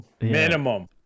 Minimum